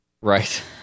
Right